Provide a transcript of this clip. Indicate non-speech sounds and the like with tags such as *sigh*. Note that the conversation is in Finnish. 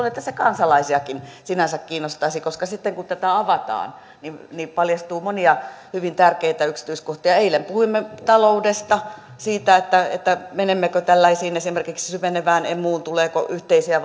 *unintelligible* että se kansalaisiakin sinänsä kiinnostaisi koska sitten kun tätä avataan niin niin paljastuu monia hyvin tärkeitä yksityiskohtia eilen puhuimme taloudesta siitä menemmekö esimerkiksi syvenevään emuun tuleeko yhteisiä *unintelligible*